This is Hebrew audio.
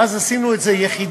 ואז עשינו את זה ביחידות,